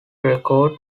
record